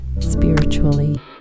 spiritually